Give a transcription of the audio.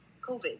COVID